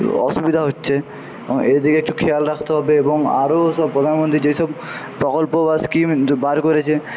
অসুবিধা হচ্ছে এদিকে একটু খেয়াল রাখতে হবে এবং আরও সব প্রধানমন্ত্রী যে সব প্রকল্প বা স্কিম বার করেছে